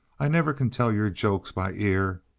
i never can tell your jokes by ear.